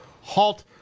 halt